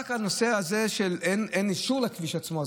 רק הנושא הזה שאין אישור לכביש עצמו,